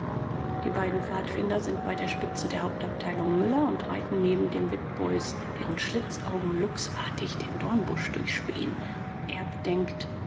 die beiden pfadfinder sind bei der spitze der hauptabteilung müller und reiten neben den witbois deren schlitzaugen luchsartig den dornbusch durchspähen erb denkt